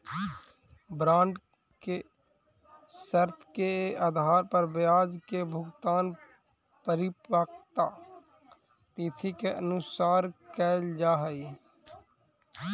bond के शर्त के आधार पर ब्याज के भुगतान परिपक्वता तिथि के अनुसार कैल जा हइ